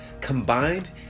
Combined